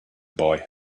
boy